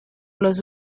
los